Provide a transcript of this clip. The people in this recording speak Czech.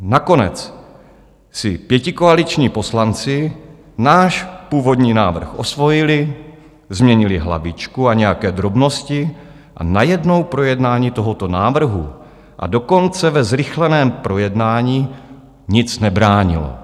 Nakonec si pětikoaliční poslanci náš původní návrh osvojili, změnili hlavičku a nějaké drobnosti a najednou projednání tohoto návrhu, a dokonce ve zrychleném projednání, nic nebránilo.